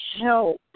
help